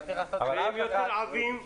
והם יותר עבים,